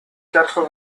quatre